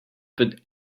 put